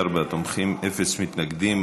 54 תומכים, אפס מתנגדים.